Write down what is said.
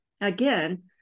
Again